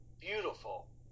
beautiful